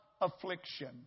affliction